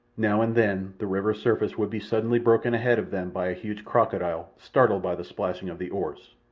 now and then the river's surface would be suddenly broken ahead of them by a huge crocodile, startled by the splashing of the oars,